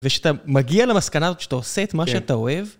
ושאתה מגיע למסקנה שאתה עושה את מה שאתה אוהב...